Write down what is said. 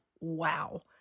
Wow